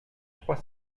trois